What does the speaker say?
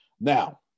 Now